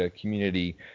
community